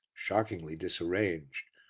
shockingly disarranged,